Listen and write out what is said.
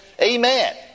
Amen